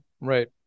Right